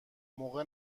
موقع